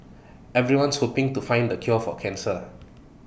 everyone's hoping to find the cure for cancer